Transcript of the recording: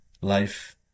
life